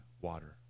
water